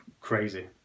crazy